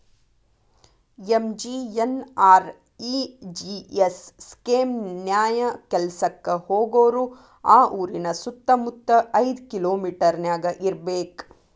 MGNREGS scheme ನ್ಯಾಯ ಕೆಲ್ಸಕ್ಕ ಹೋಗೋರು ಆ ಊರಿನ ಸುತ್ತಮುತ್ತ ಐದ್ ಕಿಲೋಮಿಟರನ್ಯಾಗ ಇರ್ಬೆಕ್